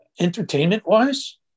entertainment-wise